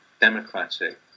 democratic